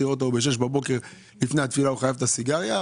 אתה רואה את אותו אחד שב-06:00 בבוקר לפני התפילה חייב את הסיגריה,